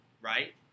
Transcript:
right